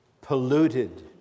polluted